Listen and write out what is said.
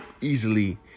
easily